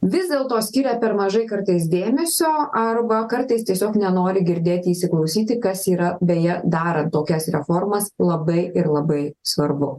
vis dėlto skiria per mažai kartais dėmesio arba kartais tiesiog nenori girdėti įsiklausyti kas yra beje darant tokias reformas labai ir labai svarbu